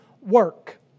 work